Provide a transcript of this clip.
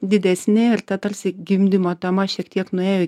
didesni ir ta tarsi gimdymo tema šiek tiek nuėjo į